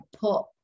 put